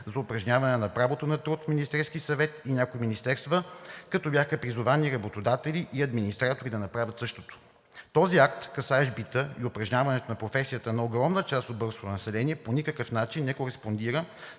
за упражняване на правото на труд в Министерския съвет и някои министерства, като бяха призовани работодатели и администратори да направят същото. Този акт, касаещ бита и упражняването на професията на огромна част от българското население, по никакъв начин не кореспондира